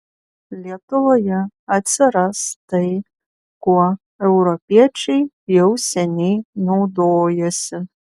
lietuvoje atsiras tai kuo europiečiai jau seniai naudojasi